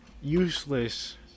useless